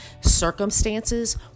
circumstances